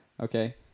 Okay